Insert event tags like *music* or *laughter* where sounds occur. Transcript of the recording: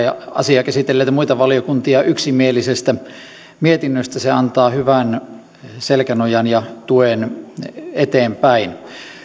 *unintelligible* ja asiaa käsitelleitä muita valiokuntia yksimielisestä mietinnöstä se antaa hyvän selkänojan ja tuen eteenpäin